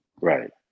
Right